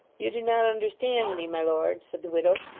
you do not understand me, my lord said the widow.